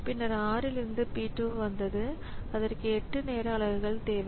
பின்னர் 6 இலிருந்து P 2 வந்தது அதற்கு 8 நேர அலகுகள் தேவை